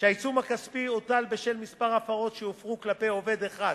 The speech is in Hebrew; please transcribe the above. שהעיצום הכספי הוטל בשל כמה הפרות שהופרו כלפי עובד אחד